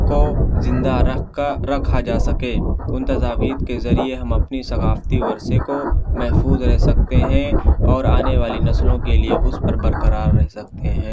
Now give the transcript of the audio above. کو زندہ رکھ کا رکھا جا سکے ان تجاویز کے ذریعے ہم اپنی ثقافتی ورثے کو محفوظ رہ سکتے ہیں اور آنے والی نسلوں کے لیے اس پر برقرار رہ سکتے ہیں